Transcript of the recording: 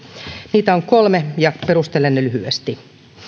niitä on kolme ja perustelen ne lyhyesti